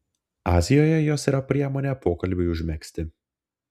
azijoje jos yra priemonė pokalbiui užmegzti